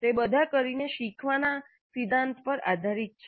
તે બધા કરીને શીખવાના સિદ્ધાંત પર આધારિત છે